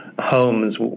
homes